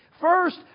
First